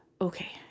Okay